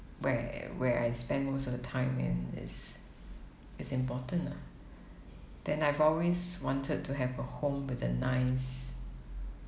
where where I spend most of the time in is is important lah then I've always wanted to have a home with a nice